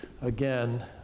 again